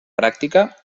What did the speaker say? pràctica